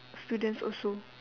students also